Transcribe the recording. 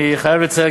אני חייב לציין,